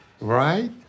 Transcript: Right